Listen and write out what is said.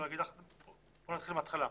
נתחיל מההתחלה,